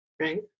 Right